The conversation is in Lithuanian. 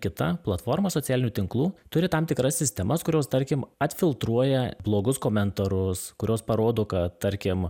kita platforma socialinių tinklų turi tam tikras sistemas kurios tarkim atfiltruoja blogus komentarus kurios parodo kad tarkim